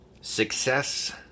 Success